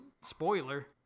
Spoiler